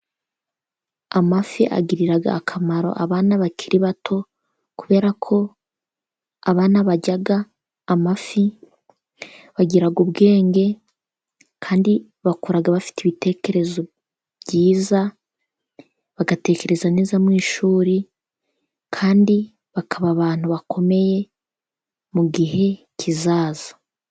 Amafi agirira akamaro abana bakiri bato, kubera ko abana barya amafi, bagira ubwenge, kandi bakura bafite ibitekerezo byiza, bagatekereza neza mu ishuri, kandi bakaba abantu bakomeye mu gihe kizaza.